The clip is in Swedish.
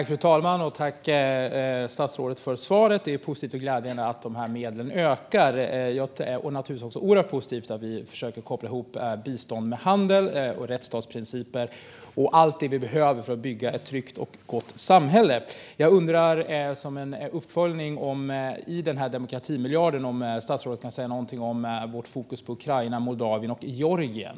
Fru talman! Tack, statsrådet, för svaret! Det är positivt och glädjande att medlen till detta ökar. Det är naturligtvis också oerhört positivt att vi försöker koppla ihop bistånd med handel och rättsstatsprinciper och allt det som behövs för att bygga ett tryggt och gott samhälle. Jag undrar som en uppföljning apropå detta med demokratimiljarden om statsrådet kan säga någonting om vårt fokus på Ukraina, Moldavien och Georgien.